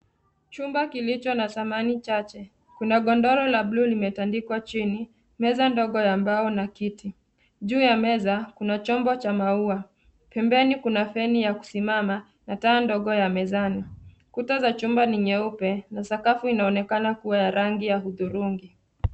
Chumba kilicho na samani chache. Kuna godoro la bluu limetandikwa chini, meza ndogo ya mbao na kiti. Juu ya meza kuna chombo cha maua. Pembeni kuna feni ya kusimama na taa ndogo ya mezani. Kuta za chumba ni nyeupe, na sakafu inaonekana kuwa ya rangi ya udhurungi.